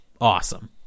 awesome